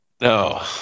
No